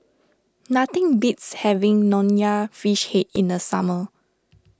nothing beats having Nonya Fish Head in the summer